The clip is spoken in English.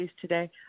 today